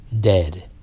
dead